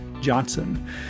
Johnson